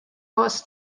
was